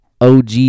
OG